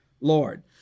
Lord